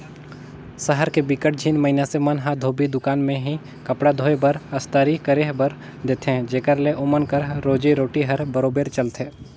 सहर के बिकट झिन मइनसे मन ह धोबी दुकान में ही कपड़ा धोए बर, अस्तरी करे बर देथे जेखर ले ओमन कर रोजी रोटी हर बरोबेर चलथे